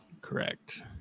Correct